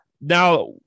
now